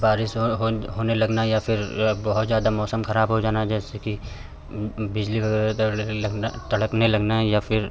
बारिश होन होने लगना या फ़िर या बहुत ज़्यादा मौसम खराब हो जाना जैसे कि बिजली वगैरह दौड़ लगना तड़पने लगना या फ़िर